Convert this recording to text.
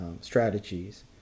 strategies